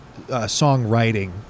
songwriting